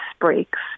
breaks